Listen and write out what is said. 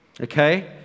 Okay